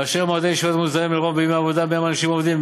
באשר מועדי ישיבות המוסדות הם לרוב בימי עבודה שבהם אנשים עובדים,